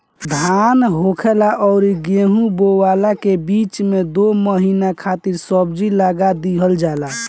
धान होखला अउरी गेंहू बोअला के बीच में दू महिना खातिर सब्जी लगा दिहल जाला